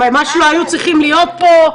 הם ממש לא היו צריכים להיות פה,